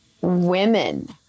women